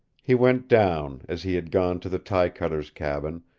he went down, as he had gone to the tie cutter's cabin,